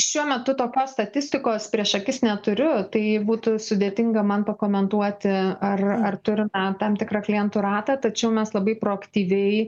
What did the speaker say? šiuo metu tokios statistikos prieš akis neturiu tai būtų sudėtinga man pakomentuoti ar ar turi tam tikrą klientų ratą tačiau mes labai produktyviai